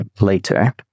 later